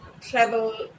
travel